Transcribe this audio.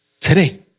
today